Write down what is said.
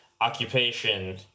occupation